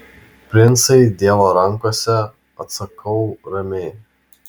princai dievo rankose atsakau ramiai